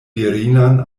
virinan